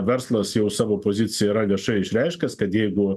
verslas jau savo poziciją yra viešai išreiškęs kad jeigu